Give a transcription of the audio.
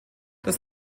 das